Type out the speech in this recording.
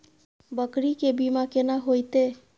बकरी के बीमा केना होइते?